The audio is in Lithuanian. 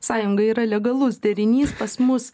sąjunga yra legalus derinys pas mus